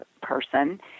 person